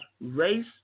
race